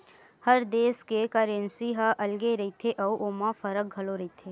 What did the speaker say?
हर देस के करेंसी ह अलगे रहिथे अउ ओमा फरक घलो रहिथे